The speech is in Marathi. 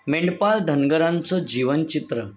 मेंढपाळ धनगरांचं जीवनचित्र